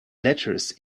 letters